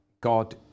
God